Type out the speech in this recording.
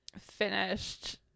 finished